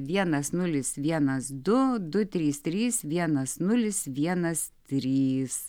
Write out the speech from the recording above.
vienas nulis vienas du du trys trys vienas nulis vienas trys